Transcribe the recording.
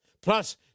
plus